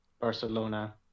Barcelona